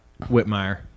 Whitmire